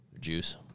juice